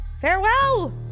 Farewell